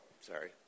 sorry